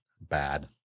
bad